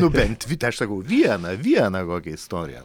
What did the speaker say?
nu bent dvi tai aš sakau vieną vieną kokią istoriją